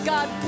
God